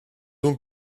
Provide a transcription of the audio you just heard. donc